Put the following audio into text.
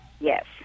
Yes